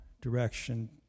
direction